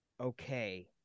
okay